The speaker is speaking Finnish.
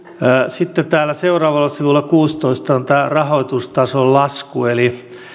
sitten täällä seuraavalla sivulla kuusitoista on tämä rahoitustason lasku eli tässä